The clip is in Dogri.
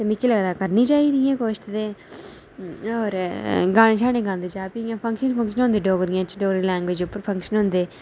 ते मिगी लगदा करना चाहिदी एह् कोशिश ते होर गाने गांदे जां भी इ'यां फंक्शन होंदे डोगरी बिच डोगरी लैंग्वेज पर फंक्शन होंदे